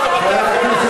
חבר הכנסת